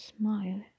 smile